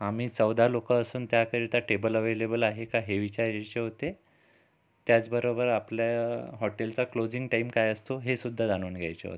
आम्ही चौदा लोक असून त्याकरिता टेबल अवेलेबल आहे का हे विचारायचे होते त्याचबरोबर आपल्या हॉटेलचा क्लोजिंग टाईम काय असतो हे सुद्धा जाणून घ्यायचे होते